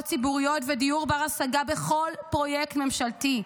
ציבוריות ודיור בר-השגה בכל פרויקט ממשלתי.